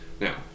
Now